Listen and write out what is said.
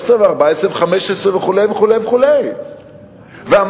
13,000, 14,000, 15,000 וכו' אין לי פה את הגרף.